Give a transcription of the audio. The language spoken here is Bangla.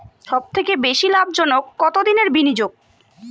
সবথেকে বেশি লাভজনক কতদিনের বিনিয়োগ?